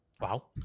Wow